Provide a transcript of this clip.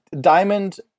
diamond